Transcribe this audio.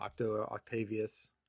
Octavius